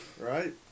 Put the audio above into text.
right